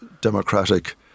democratic